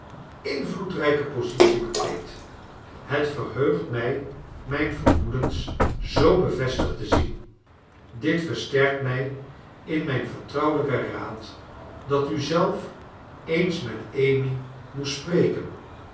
invloedrijke positie bekleed het verheugt mij mijn vermoeden zoo bevestigd te zien t it versterkt mij in mijn vertrouwelijken raad dat u zelf eens met amy moest spreken